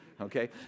Okay